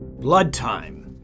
Bloodtime